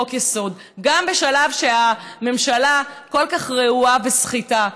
לחוק-יסוד גם בשלב שהממשלה כל כך רעועה וסחיטה.